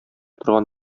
торган